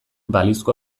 balizko